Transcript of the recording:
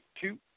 two